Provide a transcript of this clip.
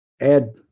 add